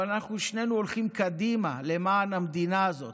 אבל אנחנו שנינו הולכים קדימה למען המדינה הזאת.